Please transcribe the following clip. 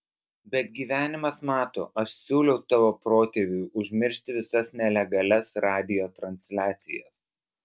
bet gyvenimas mato aš siūliau tavo protėviui užmiršti visas nelegalias radijo transliacijas